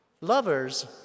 Lovers